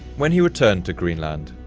when he returned to greenland,